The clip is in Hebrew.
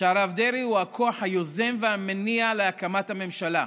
שהרב דרעי הוא הכוח היוזם והמניע להקמת הממשלה,